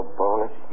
bonus